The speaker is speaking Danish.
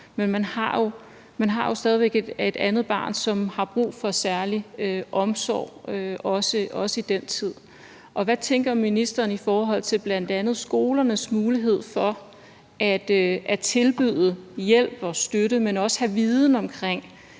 Men de har jo stadig væk et andet barn, som i den tid også har brug for særlig omsorg. Hvad tænker ministeren i forhold til bl.a. skolernes mulighed for at tilbyde hjælp og støtte, men også det at have viden omkring